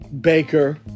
Baker